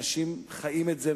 אנשים חיים את זה,